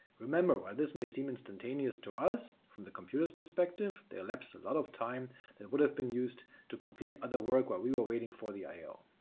remember, while this may seem instantaneous to us, from the computer's perspective there elapsed a lot of time that would have been used to complete other work while we were waiting for the i o.